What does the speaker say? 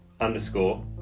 underscore